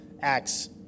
Acts